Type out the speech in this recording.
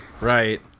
Right